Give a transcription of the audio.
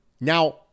now